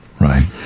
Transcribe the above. Right